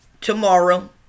tomorrow